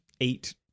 eight